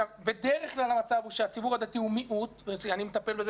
בדרך כלל המצב הוא שהציבור הדתי הוא מיעוט אני מטפל בזה